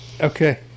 okay